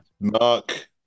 Mark